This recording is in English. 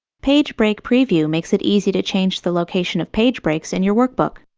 page break preview makes it easy to change the location of page breaks in your workbook.